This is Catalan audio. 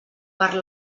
per